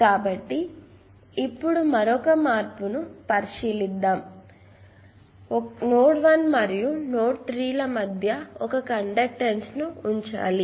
కాబట్టి ఇప్పుడు మరొక మార్పును పరిశీలిద్దాం 1 మరియు 3 నోడ్ల మధ్య ఒక కండక్టెన్స్ ని జోడించాలి